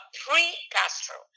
pre-Castro